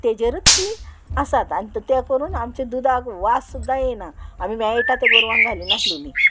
तेजेरूत ती आसात आनी ते करून आमचे दुदाक वास सुद्दां येयना आमी मेळटा तें गोरवांक घाली नासलेली